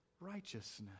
righteousness